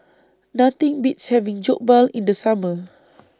Nothing Beats having Jokbal in The Summer